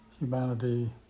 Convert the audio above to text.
Humanity